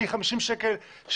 מ-50 שקל,